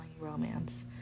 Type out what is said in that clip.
romance